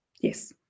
Yes